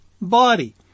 body